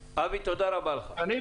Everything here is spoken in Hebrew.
תודה רבה לך, אבי.